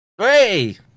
Three